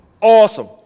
Awesome